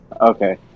Okay